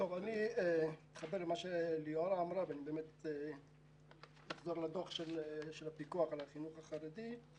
אני אתחבר למה שליאורה אמרה ואחזור לדוח בנושא הפיקוח על החינוך החרדי.